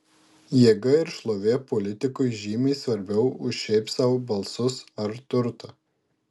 jėga ir šlovė politikui žymiai svarbiau už šiaip sau balsus ar turtą